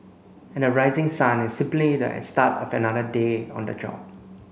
and the rising sun is simply the start of another day on the job